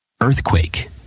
Earthquake